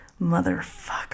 Motherfucker